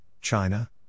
China